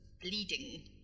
bleeding